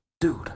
Dude